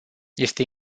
este